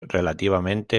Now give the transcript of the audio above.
relativamente